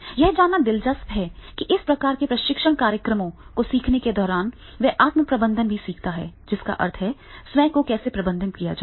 यह जानना दिलचस्प है कि इस प्रकार के प्रशिक्षण कार्यक्रमों को सीखने के दौरान वह आत्म प्रबंधन भी सीखता है जिसका अर्थ है कि स्वयं को कैसे प्रबंधित किया जाए